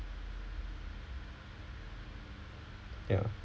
ya